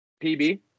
PB